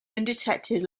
undetected